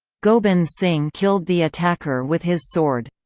gobind singh killed the attacker with his sword.